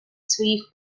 своїх